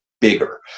bigger